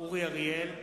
אורי אריאל,